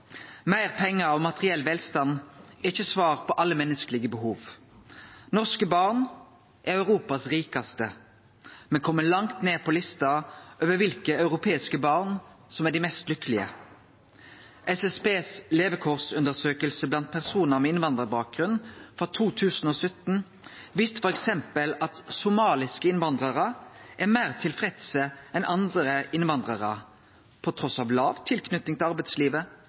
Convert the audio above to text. Meir pengar og materiell velstand er ikkje svar på alle menneskelege behov. Norske barn er Europas rikaste, men kjem langt ned på lista over kva for europeiske barn som er dei lykkelegaste. SSBs levekårsundersøking blant personar med innvandrarbakgrunn, frå 2017, viste f.eks. at somaliske innvandrarar er meir tilfredse enn andre innvandrarar, trass i låg tilknyting til arbeidslivet,